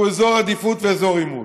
שהוא אזור עדיפות ואזור עימות.